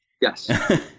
Yes